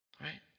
Right